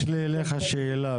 יש לי שאלה אליך.